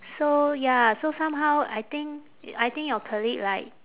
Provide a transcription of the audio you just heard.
so ya so somehow I think I think your colleague right